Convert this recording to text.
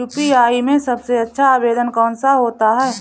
UPI में सबसे अच्छा आवेदन कौन सा होता है?